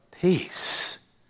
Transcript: peace